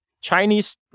Chinese